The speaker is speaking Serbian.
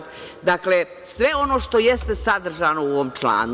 Dakle, sve ono što jeste sadržano u ovom članu.